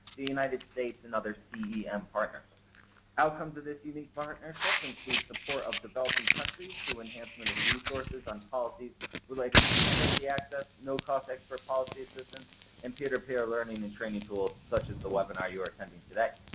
the united states and other cem and partners. outcome to this unique partnership includes support of developing country to enhancement of resources on policy relating to energy access, no cost expert policy assistance and peer-to-peer learning and training tools such as the webinar you are attending today.